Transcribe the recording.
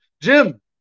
Jim